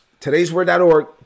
Todaysword.org